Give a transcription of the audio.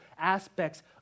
aspects